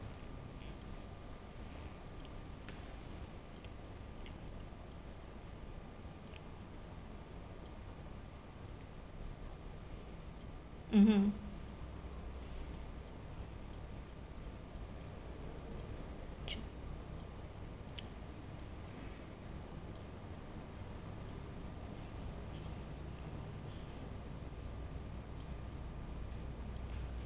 mmhmm